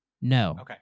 No